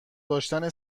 داشتن